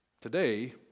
today